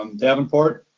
um davenport?